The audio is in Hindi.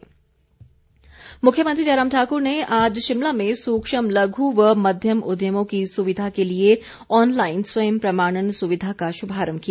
मुख्यमंत्री मुख्यमंत्री जयराम ठाकुर ने आज शिमला में सूक्ष्म लघु व मध्यम उद्यमों की सुविधा के लिए ऑनलाइन स्वयं प्रमाणन सुविधा का शुभारंभ किया